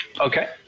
Okay